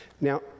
Now